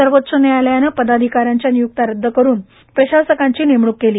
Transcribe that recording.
सर्वोच्च न्यायालयाने पदाधिका यांच्या नियुकत्या रद्द करुन प्रशासकांची नेमणूक केली